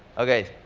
okay,